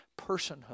personhood